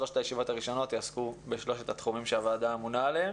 שלוש הישיבות הראשונות יעסקו בשלושת התחומים שהוועדה אמונה עליהם.